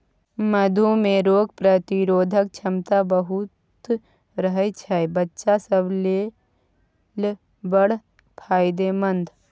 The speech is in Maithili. मधु मे रोग प्रतिरोधक क्षमता बहुत रहय छै बच्चा सब लेल बड़ फायदेमंद